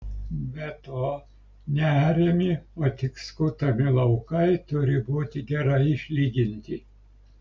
be to neariami o tik skutami laukai turi būti gerai išlyginti